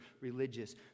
religious